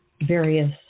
various